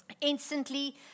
Instantly